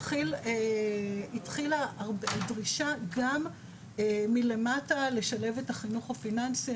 התחילה דרישה גם מלמטה לשלב את החינוך הפיננסי.